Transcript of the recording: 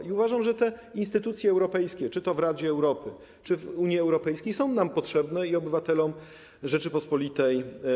I uważam, że te instytucje europejskie, czy to w Radzie Europy, czy w Unii Europejskiej, są nam potrzebne i pomagają obywatelom Rzeczypospolitej.